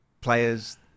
players